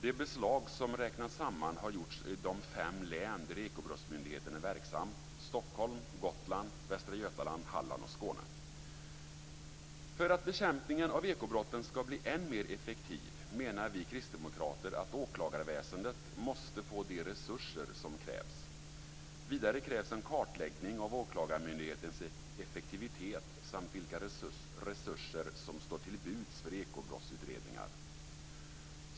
De beslag som har räknats samman har gjorts i de fem län där Ekobrottsmyndigheten är verksam, nämligen Stockholm, Gotland, Västra Götaland, Halland och Skåne. För att bekämpningen av ekobrotten ska bli än mer effektiv, menar vi kristdemokrater att åklagarväsendet måste få de resurser som krävs. Vidare krävs en kartläggning av åklagarmyndighetens effektivitet samt vilka resurser som står till buds för ekobrottsutredningar.